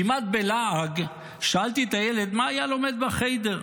כמעט בלעג שאלתי את הילד מה היה לומד בחיידר.